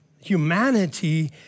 humanity